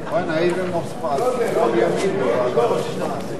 המדינה ולשכתו (לשכת הנשיא לשעבר משה קצב),